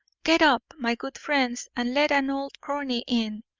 get up, my good friends, and let an old crony in.